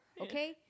Okay